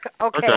Okay